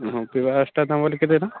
କେତେ ଟଙ୍କା